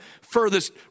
furthest